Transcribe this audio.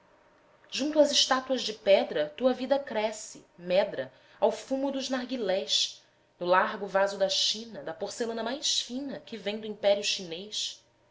junto às estátuas de pedra tua vida cresce medra ao fumo dos narguillés no largo vaso da china da porcelana mais fina que vem do império chinês